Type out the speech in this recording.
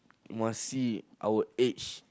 must see our age